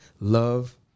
love